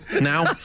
now